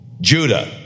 Judah